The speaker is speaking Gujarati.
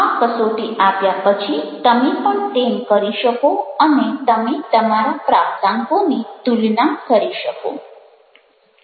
આ કસોટી આપ્યા પછી તમે પણ તેમ કરી શકો અને તમે તમારા પ્રાપ્તાંકોની તુલના કરી શકો